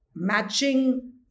Matching